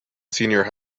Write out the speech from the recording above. senior